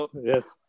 yes